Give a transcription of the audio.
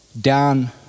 down